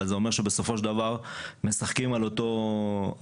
אבל זה אומר שבסופו של דבר משחקים על אותו כסף,